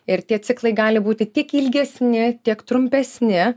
ir tie ciklai gali būti tik ilgesni tiek trumpesni